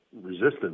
resistance